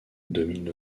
domine